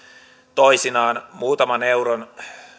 toisinaan muutaman euron